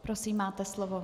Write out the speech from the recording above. Prosím, máte slovo.